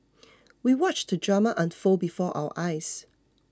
we watched the drama unfold before our eyes